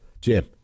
Jim